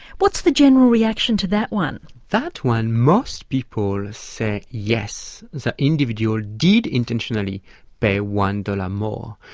what's the general reaction to that one? that one must people say yes, the individual did intentionally pay one dollars more.